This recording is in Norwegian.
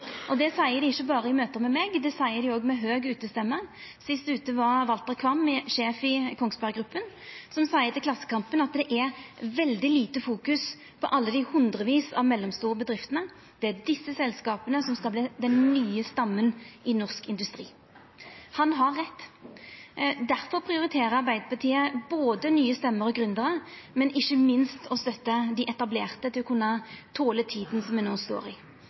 Det seier dei ikkje berre i møte med meg, det seier dei òg med høg utestemme. Sist ute var Walter Qvam, sjef i Kongsberg Gruppen, som seier til Klassekampen at «det er veldig lite fokus på alle de hundrevis av mellomstore bedrifter . Det er disse selskapene som skal bli den nye stammen i norsk industri.» Han har rett. Derfor prioriterer Arbeidarpartiet både nye stemmer og gründerar, men ikkje minst å støtta dei etablerte til å kunna tola tida som me no er i.